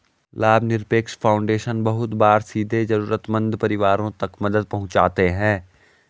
लाभनिरपेक्ष फाउन्डेशन बहुत बार सीधे जरूरतमन्द परिवारों तक मदद पहुंचाते हैं